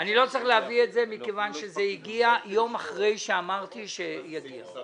כיוון שזה הגיע יום אחרי שאמרתי שיגיע.